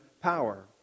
power